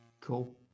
Cool